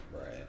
right